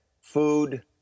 food